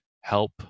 help